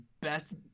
best